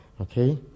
Okay